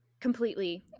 completely